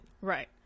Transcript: Right